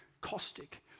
caustic